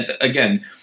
again